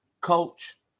Coach